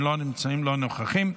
לא נמצאים, לא נוכחים.